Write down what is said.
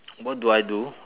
what do I do